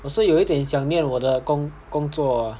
我是有一点想念我的工工作